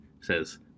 says